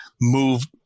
move